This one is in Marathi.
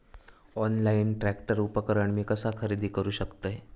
ऑनलाईन ट्रॅक्टर उपकरण मी कसा खरेदी करू शकतय?